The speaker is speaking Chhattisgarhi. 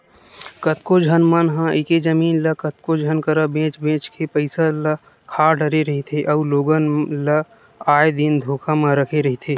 कतको झन मन ह एके जमीन ल कतको झन करा बेंच बेंच के पइसा ल खा डरे रहिथे अउ लोगन ल आए दिन धोखा म रखे रहिथे